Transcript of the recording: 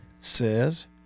says